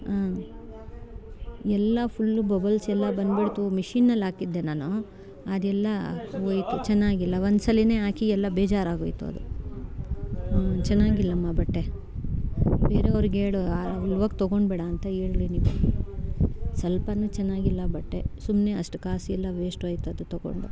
ಹ್ಞೂ ಎಲ್ಲ full bubbles ಎಲ್ಲ ಬಂದ್ಬಿಡ್ತು ಮಿಷಿನಲ್ಲಿ ಹಾಕಿದ್ದೆ ನಾನು ಅದೆಲ್ಲ ಹೋಯ್ತು ಚೆನ್ನಾಗಿಲ್ಲ ಒಂದ್ಸಲವೇ ಹಾಕಿ ಎಲ್ಲ ಬೇಜಾರಾಗೋಯ್ತು ಅದು ಹ್ಞೂ ಚೆನ್ನಾಗಿಲ್ಲಮ್ಮ ಬಟ್ಟೆ ಬೇರೆಯವ್ರಿಗೆ ಹೇಳು ಅಲ್ಲಿ ಇವಾಗ ತೊಗೋಣ್ಬೇಡ ಅಂತ ಹೇಳ್ರಿ ನೀವು ಸ್ವಲ್ಪವೂ ಚೆನ್ನಾಗಿಲ್ಲ ಬಟ್ಟೆ ಸುಮ್ನೆ ಅಷ್ಟು ಕಾಸೆಲ್ಲ ವೇಷ್ಟು ಆಯ್ತು ಅದು ತೊಗೊಂಡು